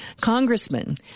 congressman